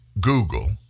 Google